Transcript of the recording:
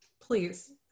Please